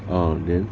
ah then